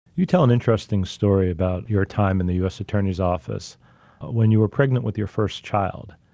you tell an interesting story about your time in the us attorney's office when you were pregnant with your first child,